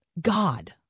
God